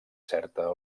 certa